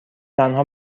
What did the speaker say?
تنها